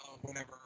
Whenever